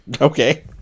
Okay